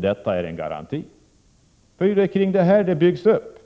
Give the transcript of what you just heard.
Det är ju på detta löfte allt byggs upp.